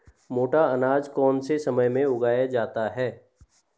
मोटा अनाज कौन से समय में उगाया जाता है?